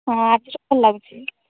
ହଁ ଆଜିର ଭଲ ଲାଗୁଛି